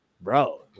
bro